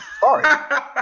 Sorry